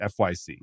FYC